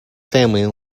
family